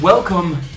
Welcome